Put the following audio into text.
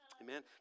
Amen